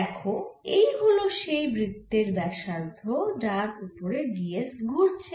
দেখো এই হল সেই বৃত্তের ব্যাসার্ধ যার ওপরে d s ঘুরছে